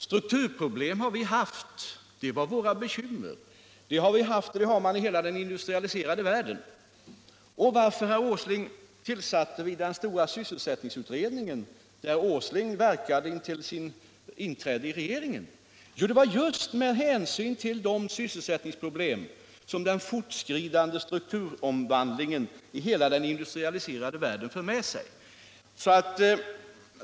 Strukturproblem har vi haft. De var våra bekymmer i den gamla regeringen. Sådana problem har hela den industrialiserade världen. Varför, herr ÅS ling, tillsatte vi den stora sysselsättningsutredningen, där herr Åsling verkade intill dess han inträdde i regeringen? Jo, det var just med hänsyn till de sysselsättningsproblem som den fortskridande strukturomvandlingen i hela den industrialiserade världen för med sig.